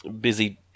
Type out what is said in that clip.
busy